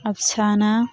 ꯑꯐꯁꯥꯅ